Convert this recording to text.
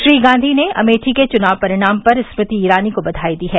श्री गांधी ने अमेठी के चुनाव परिणाम पर स्मृति ईरानी को बधाई दी है